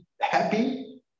happy